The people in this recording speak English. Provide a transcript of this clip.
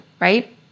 right